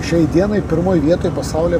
šiai dienai pirmoj vietoj pasaulyje